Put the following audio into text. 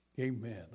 Amen